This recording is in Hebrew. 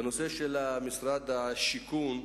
בנושא משרד השיכון,